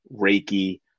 reiki